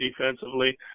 defensively